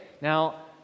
Now